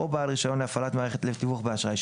בעל רישיון להפעלת מערכת לתיווך באשראי,